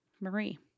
Marie